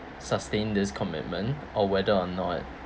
sustain this commitment or whether or not